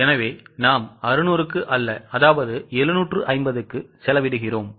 எனவே நாம் 600 க்கு அல்ல 750 க்கு செலவிடுகிறோம்